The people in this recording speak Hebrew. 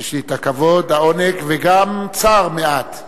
יש לי הכבוד, העונג, וגם צער מעט,